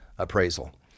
appraisal